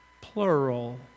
Plural